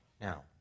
Now